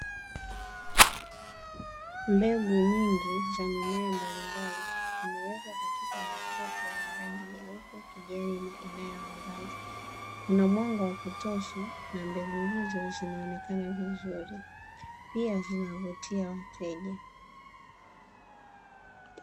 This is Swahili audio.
Mbegu nyingi za mimea mbalimbali zimewekwa katika mifuko ya rangi nyeupe, kijani na inayoangaza; kuna mwanga wa kutosha na mbegu hizo zinaonekana vizuri. Pia zinavutia wateja.